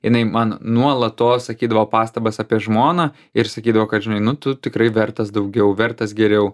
jinai man nuolatos sakydavo pastabas apie žmoną ir sakydavo kad žinai nu tu tikrai vertas daugiau vertas geriau